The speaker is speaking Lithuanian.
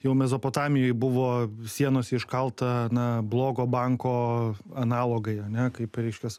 jau mesopotamijoj buvo sienose iškalta na blogo banko analogai ane kaip reiškias